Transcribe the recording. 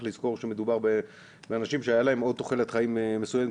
לזכור שמדובר באנשים שהייתה להם עוד תוחלת חיים מסוימת.